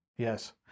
Yes